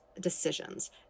decisions